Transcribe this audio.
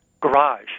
garage